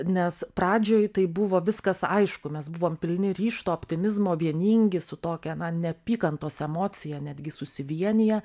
nes pradžioj tai buvo viskas aišku mes buvom pilni ryžto optimizmo vieningi su tokia na neapykantos emocija netgi susivieniję